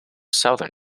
southern